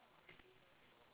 oh okay okay